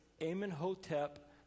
Amenhotep